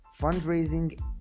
fundraising